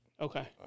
Okay